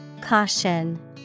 CAUTION